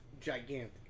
gigantic